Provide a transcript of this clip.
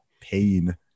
pain